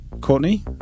Courtney